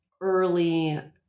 early